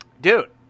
dude